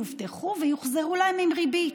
הכספים יובטחו ויוחזרו להן עם ריבית.